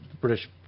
British